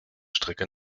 strecke